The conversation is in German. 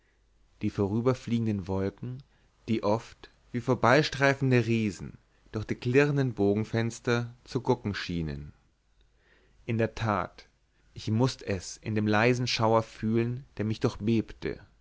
die vorüberfliegenden wolken die oft hell und glänzend wie vorbeistreifende riesen durch die klirrenden bogenfenster zu gucken schienen in der tat ich mußt es in dem leisen schauer fühlen der mich